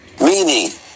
meaning